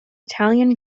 italian